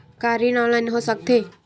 का ऋण ऑनलाइन हो सकत हे?